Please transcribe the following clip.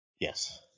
Yes